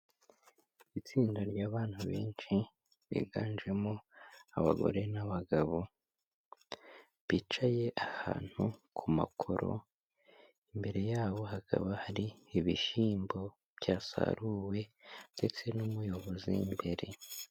Itsinda ry'abantu benshi, biganjemo abagore n'abagabo bicaye ahantu ku makoro, imbere yabo hakaba hari ibishyiyimbo byasaruwe ndetse n'umuyobozi imbere.